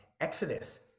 Exodus